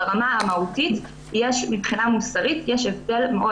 ברמה המהותית מבחינה מוסרית יש הבדל מאוד